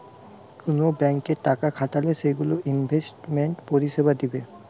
কুন ব্যাংকে টাকা খাটালে সেগুলো ইনভেস্টমেন্ট পরিষেবা দিবে